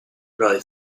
con